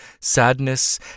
sadness